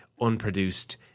unproduced